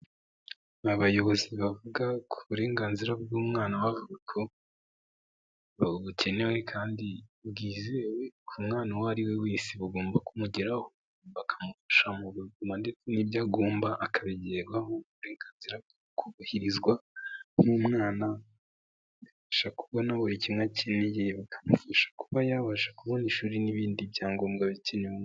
Abayobozi bavuga ku burenganzira bw'umwana wa bukenewe kandi bwizewe ku mwana uwo ari we wese bagomba kumugeraho bakamufasha n'byo agomba akabigeherwa uburenganzira bwo kubahirizwa nk'umwanasha kubona buri kimwe kininige bakamufasha kuba yabasha kubona ishuri n'ibindi byangombwa bikene.